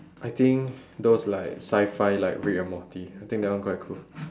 I think those like sci-fi Rick and Morty I think that one quite cool